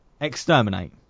exterminate